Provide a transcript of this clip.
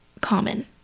common